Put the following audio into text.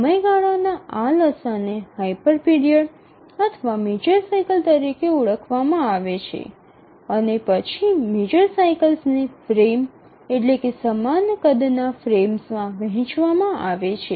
સમયગાળાના આ લસાઅ ને હાયપર પીરિયડ અથવા મેજર સાઇકલ તરીકે ઓળખવામાં આવે છે અને પછી મેજર સાઇકલને ફ્રેમ્સ એટલે કે સમાન કદના ફ્રેમ્સમાં વહેંચવામાં આવે છે